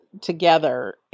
together